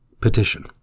Petition